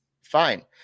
Fine